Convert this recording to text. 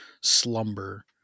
slumber